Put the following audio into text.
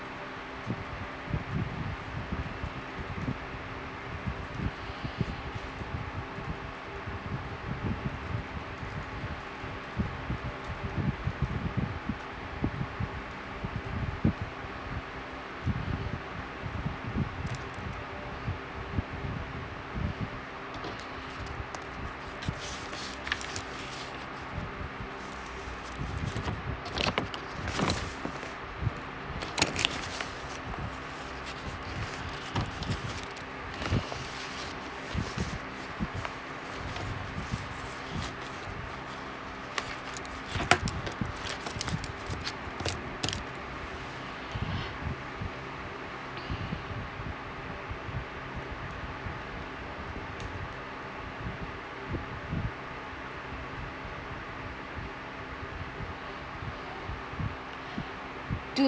do